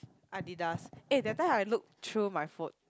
Adidas eh that time I look through my foot